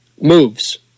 moves